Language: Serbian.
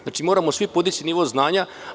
Znači, svi moramo podići nivo znanja.